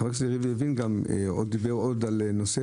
חבר הכנסת לוין דיבר גם על נושא